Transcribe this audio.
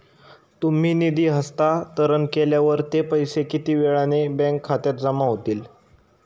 तुम्ही निधी हस्तांतरण केल्यावर ते पैसे किती वेळाने बँक खात्यात जमा होतील?